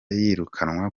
yirukanwa